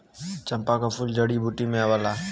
चंपा क फूल जड़ी बूटी में आवला